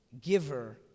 giver